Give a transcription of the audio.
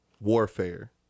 warfare